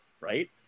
right